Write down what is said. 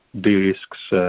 de-risks